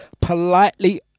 politely